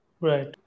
Right